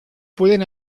pueden